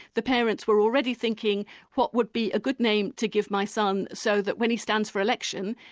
the parents were already thinking what would be a good name to give my son so that when he stands for election,